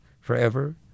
forever